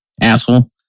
asshole